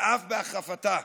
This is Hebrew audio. ואף בהחרפתה.